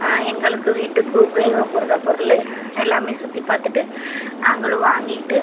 எங்களுக்கு வீட்டுக்கு உபயோகப்படுகிற பொருள் எல்லாமே சுத்தி பார்த்துட்டு நாங்களும் வாங்கி கிட்டு